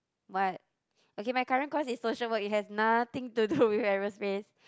what okay my current course is social work it has nothing to do with aerospace